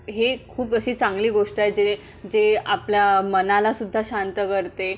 हे खूप अशी चांगली गोष्ट आहे जे जे आपल्या मनाला सुद्धा शांत करते